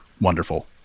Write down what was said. wonderful